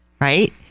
right